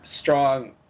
strong